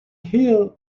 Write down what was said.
hear